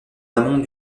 amont